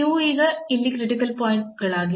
ಇವು ಈಗ ಇಲ್ಲಿ ಕ್ರಿಟಿಕಲ್ ಪಾಯಿಂಟ್ ಗಳಾಗಿವೆ